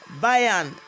Bayern